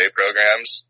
programs